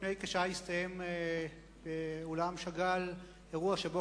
לפני כשעה הסתיים באולם שאגאל אירוע שבו